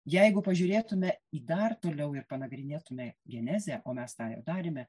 jeigu pažiūrėtume į dar toliau ir panagrinėtume genezę o mes tą ir darėme